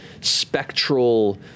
spectral